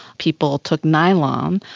people took nylon,